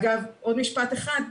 עוד משפט אחד,